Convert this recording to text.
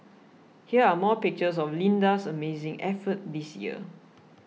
here are more pictures of Linda's amazing effort this year